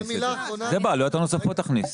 את זה תכניס בעלויות הנוספות.